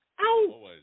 Ow